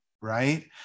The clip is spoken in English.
Right